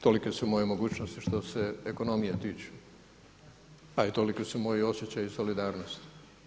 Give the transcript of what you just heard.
Tolike su moje mogućnosti što se ekonomije tiče, da i toliki su i moji osjećaji solidarnosti.